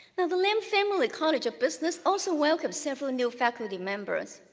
the lam family college of business also welcomes several new faculty members.